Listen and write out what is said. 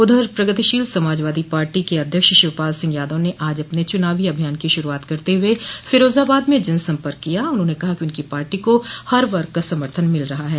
उधर प्रगतिशील समाजवादी पार्टी के अध्यक्ष शिवपाल सिंह यादव ने आज अपने चुनावी अभियान की शुरूआत करते हुए फिरोजाबाद में जनसंपर्क किया उन्होंने कहा कि उनकी पार्टी को हर वर्ग का समर्थन मिल रहा है